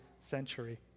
century